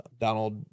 donald